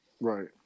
right